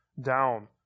down